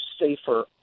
safer